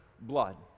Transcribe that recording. blood